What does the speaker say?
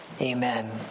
Amen